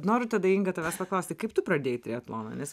noriu tada inga tavęs paklausti kaip tu pradėjai triatloną nes